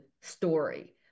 story